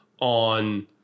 on